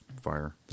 fire